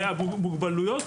הרי המוגבלויות,